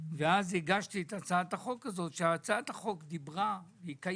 ואז הגשתי את הצעת החוק, שהיא קיימת,